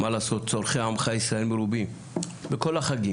מה לעשות צורכי עמך ישראל מרובים בכל החגים,